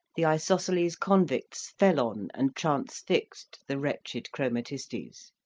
the isosceles convicts fell on and transfixed the wretched chromatistes